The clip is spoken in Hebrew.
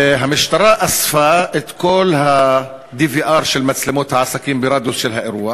המשטרה אספה את כל ה-DVR של מצלמות העסקים ברדיוס של האירוע,